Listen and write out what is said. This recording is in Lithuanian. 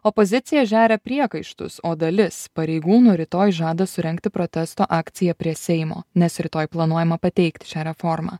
opozicija žeria priekaištus o dalis pareigūnų rytoj žada surengti protesto akciją prie seimo nes rytoj planuojama pateikti šią reformą